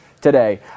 today